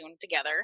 together